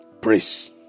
Praise